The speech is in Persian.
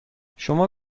شما